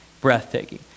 breathtaking